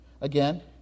again